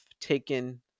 taken